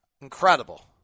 Incredible